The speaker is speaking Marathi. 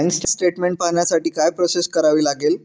बँक स्टेटमेन्ट पाहण्यासाठी काय प्रोसेस करावी लागेल?